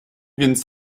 więc